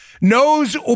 Knows